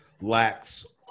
lacks